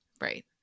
Right